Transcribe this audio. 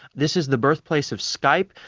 this is the birthplace of skype.